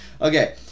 Okay